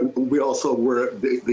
but we also were the